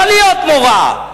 לא להיות מורה,